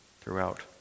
throughout